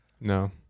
No